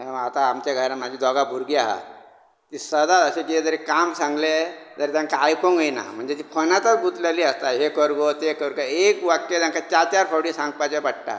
आतां आमचे घरान म्हाजी दोगां भुरगीं आहा तीं सदां अशें कितें तरी कांम सांगलें जाल्यार तेंकां आयकोंक येयना म्हणळ्यार ती फॉनांतच गुंतलेलीं आसता हें कर गो तें कर गो एक वाक्य तांकां चार चार फावटीं सांगपाचें पडटा